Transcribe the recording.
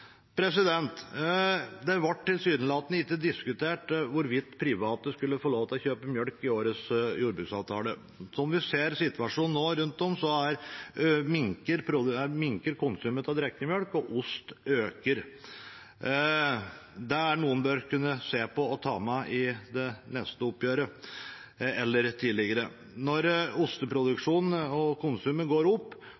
Det ble tilsynelatende ikke diskutert hvorvidt private skulle få lov til å kjøpe melk i årets jordbruksavtale. Som vi ser av situasjonen rundt om nå, minker konsumet av drikkemelk, og ost øker. Det er noe en bør kunne se på og ta med i det neste oppgjøret eller tidligere. Når